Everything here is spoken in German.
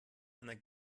einer